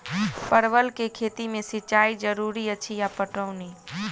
परवल केँ खेती मे सिंचाई जरूरी अछि या पटौनी?